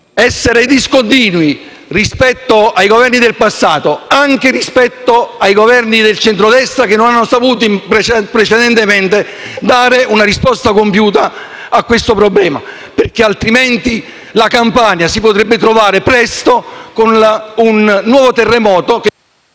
essere discontinui rispetto ai Governi del passato, anche rispetto ai Governi del centrodestra che non hanno saputo precedentemente dare una risposta compiuta a questo problema. Altrimenti, infatti, la Campania potrebbe trovarsi presto travolta da un nuovo terremoto.